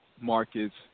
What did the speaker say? Markets